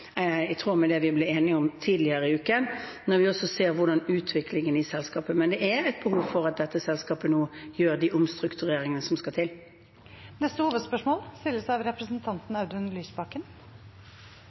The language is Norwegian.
i tråd med det vi ble enige om tidligere i uken, når vi også ser hvordan utviklingen i selskapet er. Men det er behov for at dette selskapet nå gjør de omstruktureringene som skal til. Vi går til neste hovedspørsmål.